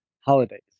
Holidays